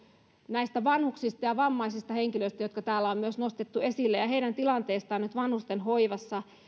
näistä vanhuksista ja vammaisista henkilöistä jotka täällä on myös nostettu esille ja heidän tilanteestaan nyt vanhustenhoivassa